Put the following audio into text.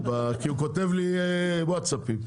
הוא כותב לי ווטסאפים.